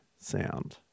sound